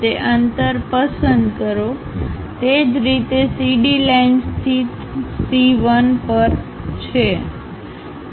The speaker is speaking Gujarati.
તે અંતર પસંદ કરો તે જ રીતે CD લાઇન સ્થિત C 1 પર છે